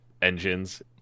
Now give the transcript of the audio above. Engines